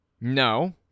No